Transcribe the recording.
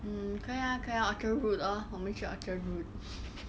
mm 可以啊可以啊 orchard route lor 我们去 orchard route